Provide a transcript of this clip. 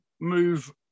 move